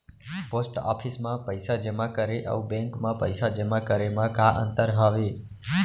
post office मा पइसा जेमा करे अऊ बैंक मा पइसा जेमा करे मा का अंतर हावे